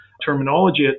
terminology